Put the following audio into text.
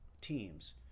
teams